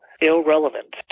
irrelevant